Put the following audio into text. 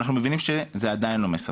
אנחנו מבינים שזה עדיין לא מספק.